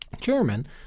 chairman